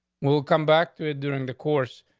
we'll come back to it during the course,